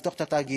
לפתוח את התאגיד,